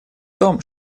том